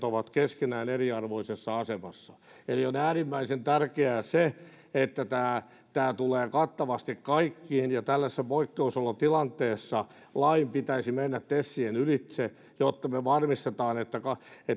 ovat keskenään eriarvoisessa asemassa eli on äärimmäisen tärkeää että tämä tämä tulee kattavasti kaikkiin ja että tällaisessa poikkeusolotilanteessa lain pitäisi mennä tesien ylitse jotta me varmistamme että